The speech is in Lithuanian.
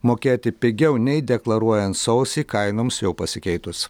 mokėti pigiau nei deklaruojant sausį kainoms jau pasikeitus